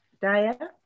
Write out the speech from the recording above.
Daya